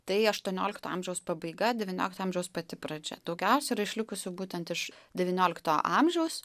tai aštuoniolikto amžiaus pabaiga devyniolikto amžiaus pati pradžia daugiausia yra išlikusių būtent iš devyniolikto amžiaus